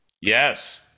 Yes